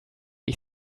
ich